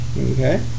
Okay